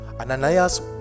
Ananias